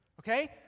Okay